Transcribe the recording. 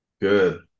good